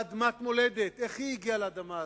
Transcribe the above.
לאדמת מולדת, איך היא הגיעה לאדמה הזו.